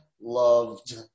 loved